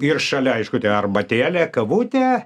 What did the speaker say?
ir šalia aišku tai arbatėlė kavutė